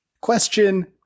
Question